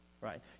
right